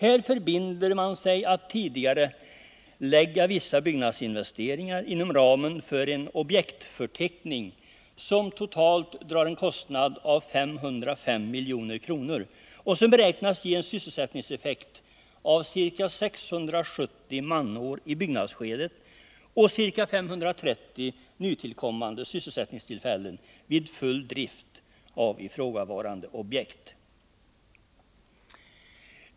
Här förbinder man sig att tidigarelägga vissa byggnadsinvesteringar inom ramen för en objektsförteckning som totalt drar en kostnad av 505 milj.kr. och som beräknas ge en sysselsättningseffekt av ca 670 manår i byggnadsskedet och ca 530 nytillkommande sysselsättningstillfällen vid full drift av ifrågavarande objekt.